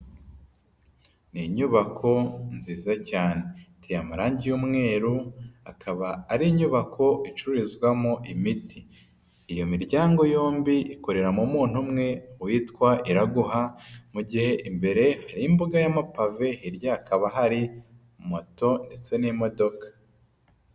Ni inyubako nziza cyane, iteye amarangi y'umweru, akaba ari inyubako icururizwamo imiti. Iyo miryango yombi ikoreramo muntu umwe witwa Iraguha, mu gihe imbere y'imbuga y'amapave, hirya hakaba hari moto ndetse n'imodoka.